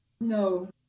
No